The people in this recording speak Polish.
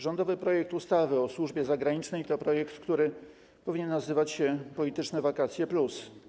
Rządowy projekt ustawy o służbie zagranicznej to projekt, który powinien nazywać się polityczne wakacje+.